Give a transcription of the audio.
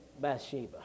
Bathsheba